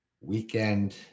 weekend